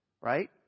Right